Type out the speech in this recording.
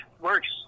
Works